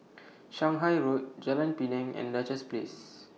Shanghai Road Jalan Pinang and Duchess Place